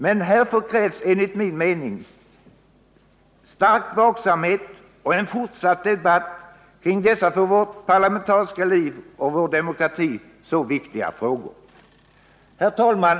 Men härför krävs enligt min mening stark vaksamhet och en fortsatt debatt kring dessa för vårt parlamentariska liv och vår demokrati så viktiga frågor. Herr talman!